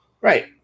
Right